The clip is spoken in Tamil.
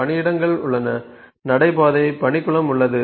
பணியிடங்கள் உள்ளன நடைபாதை பணி குளம் உள்ளது